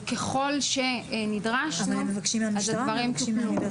וככל שנדרשנו, אז הדברים טופלו.